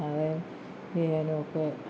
അവയും ചെയ്യാനൊക്കെ